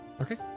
Okay